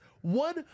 one